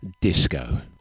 disco